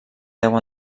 deu